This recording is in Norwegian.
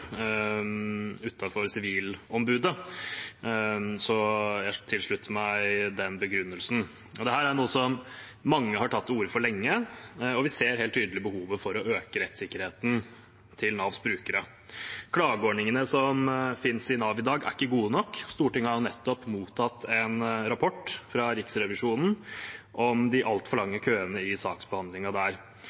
utenfor Sivilombudet. Jeg tilslutter meg den begrunnelsen. Dette er noe som mange har tatt til orde for lenge, og vi ser helt tydelig behovet for å øke rettssikkerheten til Navs brukere. Klageordningene som finnes i Nav i dag, er ikke gode nok. Stortinget har nettopp mottatt en rapport fra Riksrevisjonen om de altfor lange køene i saksbehandlingen der,